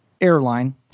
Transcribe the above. airline